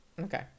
Okay